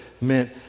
meant